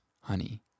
honey